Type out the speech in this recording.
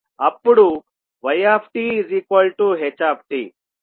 అప్పుడు ytht